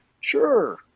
Sure